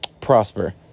prosper